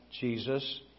Jesus